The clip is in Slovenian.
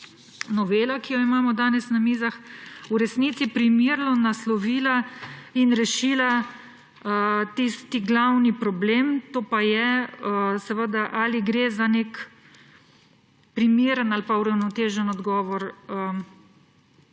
novela, ki jo imamo danes na mizah, v resnici primerno naslovila in rešila tisti glavni problem. To pa je, ali gre za nek primeren ali pa uravnotežen odgovor